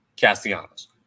Castellanos